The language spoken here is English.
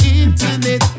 internet